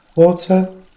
Water